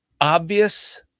obvious